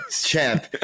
champ